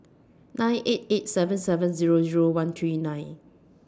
nine eight eight seven seven Zero Zero one three nine